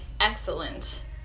excellent